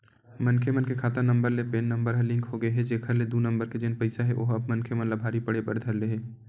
मनखे मन के खाता नंबर ले पेन नंबर ह लिंक होगे हे जेखर ले दू नंबर के जेन पइसा हे ओहा अब मनखे मन ला भारी पड़े बर धर ले हे